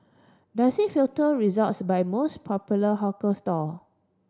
does it filter results by most popular hawker stall